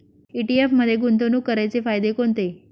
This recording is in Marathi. ई.टी.एफ मध्ये गुंतवणूक करण्याचे फायदे कोणते?